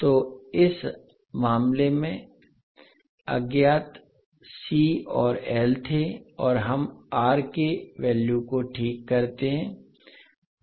तो इस मामले में अज्ञात C और L थे और हम R के वैल्यू को ठीक करते हैं